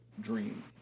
dream